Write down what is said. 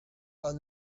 are